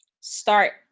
Start